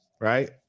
right